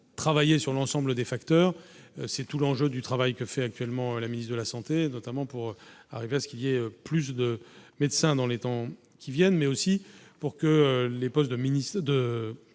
travailler sur l'ensemble des facteurs, c'est tout l'enjeu du travail que fait actuellement la ministre de la santé, notamment pour arriver à ce qu'il y ait plus de médecins dans les temps qui viennent, mais aussi pour que les postes de ministre de